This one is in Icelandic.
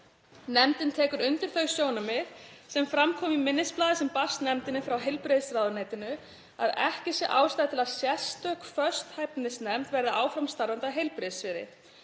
Nefndin tekur undir þau sjónarmið sem fram koma í minnisblaði sem barst nefndinni frá heilbrigðisráðuneytinu, að ekki sé ástæða til að sérstök, föst hæfnisnefnd verði áfram starfandi á heilbrigðissviði.